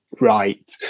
right